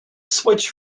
switch